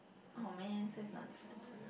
oh man so is not different